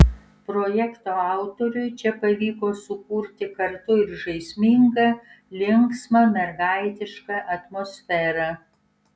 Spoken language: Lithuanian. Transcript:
projekto autoriui čia pavyko sukurti kartu ir žaismingą linksmą mergaitišką atmosferą